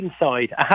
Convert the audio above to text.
inside